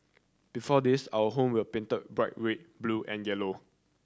before this our home were painted bright red blue and yellow